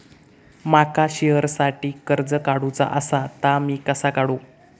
माका शेअरसाठी कर्ज काढूचा असा ता मी कसा काढू?